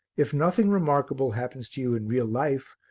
if nothing remarkable happens to you in real life,